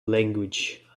language